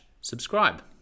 subscribe